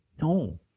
No